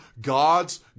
God's